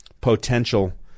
potential